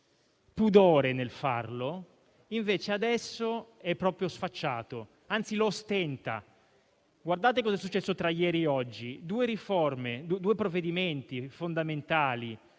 pudore; invece adesso è proprio sfacciato, anzi ostenta. Guardate cosa è successo tra ieri e oggi rispetto a due riforme, due provvedimenti fondamentali